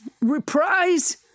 reprise